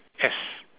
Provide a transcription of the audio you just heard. S